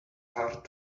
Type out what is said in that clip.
hard